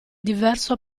diverso